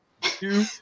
two